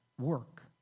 work